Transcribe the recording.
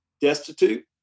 destitute